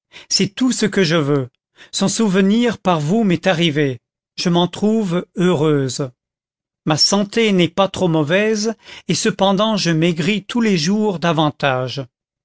c'est tout ce que je veux son souvenir par vous m'est arrivé je m'en trouve heureuse ma santé n'est pas trop mauvaise et cependant je maigris tous les jours davantage